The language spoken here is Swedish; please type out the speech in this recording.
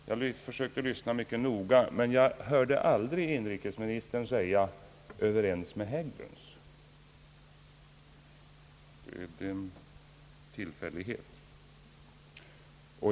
Jag försökte lyssna mycket noga, men jag hörde aldrig inrikesministern säga: »Överens med Hägglunds». Är det en tillfällighet?